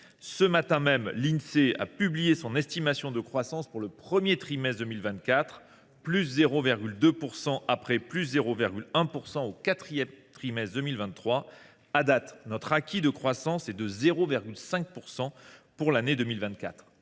Ce matin même, l’Insee a publié son estimation de croissance pour le premier trimestre 2024, qui est de 0,2 %, après 0,1 % au quatrième trimestre 2023. Notre acquis de croissance est donc de 0,5 % pour l’année 2024.